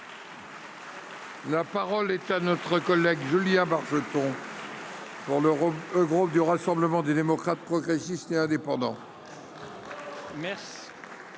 La parole est à notre collègue Julien Bargeton. Pour l'Europe, un groupe du Rassemblement des démocrates progressistes et indépendants.